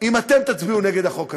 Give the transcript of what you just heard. אם אתם תצביעו נגד החוק הזה.